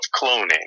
cloning